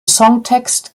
songtext